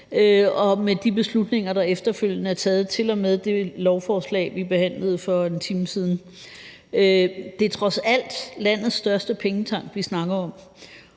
og med de beslutninger, der efterfølgende er taget, til og med det lovforslag, vi behandlede for en time siden. Det er trods alt landets største pengetank, vi snakker om,